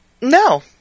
No